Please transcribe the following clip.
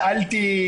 ברשימה,